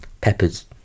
Peppers